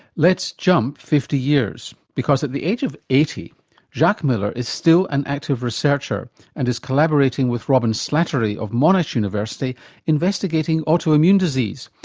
let's jump fifty years because at the age of eighty jacques miller is still an active researcher and is collaborating with robyn slattery of monash university investigating autoimmune disease,